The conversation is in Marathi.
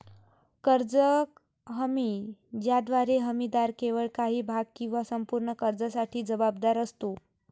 कर्ज हमी ज्याद्वारे हमीदार केवळ काही भाग किंवा संपूर्ण कर्जासाठी जबाबदार असतो